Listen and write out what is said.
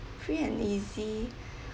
free and easy